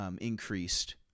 increased